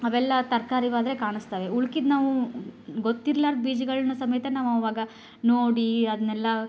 ಅವೆಲ್ಲ ತರಕಾರಿಯವಾದ್ರೆ ಕಾಣಿಸ್ತವೆ ಉಳ್ಕೆದು ನಾವು ಗೊತ್ತಿರ್ಲಾರ್ದ ಬೀಜಗಳ್ನ ಸಮೇತ ನಾವು ಆವಾಗ ನೋಡಿ ಅದನ್ನೆಲ್ಲ